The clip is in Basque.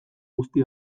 guzti